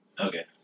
Okay